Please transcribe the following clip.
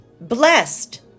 Blessed